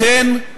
לכן,